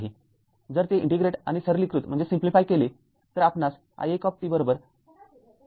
जर ते इंटिग्रेट आणि सरलीकृत केले तर आपणास i१ २